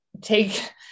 take